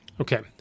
Okay